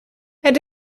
het